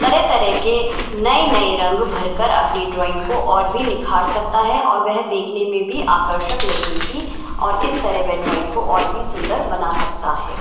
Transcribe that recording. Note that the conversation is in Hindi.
तरह तरह के नए नए रंग भर कर अपनी ड्राइंग को और भी निखार सकता है और वह देखने में भी आकर्षक लगेगी और इस तरह वह ड्राइंग को और भी सुंदर बना सकता है